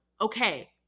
Okay